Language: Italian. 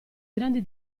grandi